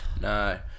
no